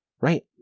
Right